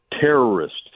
terrorists